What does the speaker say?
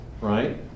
Right